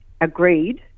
agreed